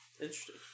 Interesting